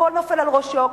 הכול נופל על ראשו,